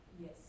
Yes